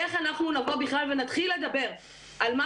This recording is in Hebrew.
איך אנחנו נבוא בכלל ונתחיל לדבר על מה